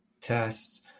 tests